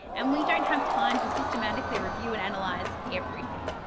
and we don't have time to systematically review and analyze everything.